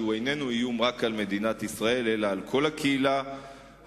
שהוא איננו איום רק על מדינת ישראל אלא על כל הקהילה הבין-לאומית,